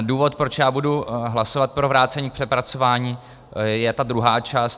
Důvod, proč já budu hlasovat pro vrácení k přepracování, je ta druhá část.